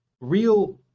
real